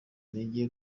intege